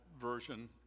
Version